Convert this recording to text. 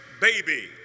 baby